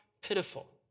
pitiful